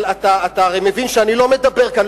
אבל אתה הרי מבין שאני לא מדבר כאן,